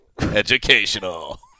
Educational